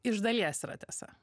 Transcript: iš dalies yra tiesa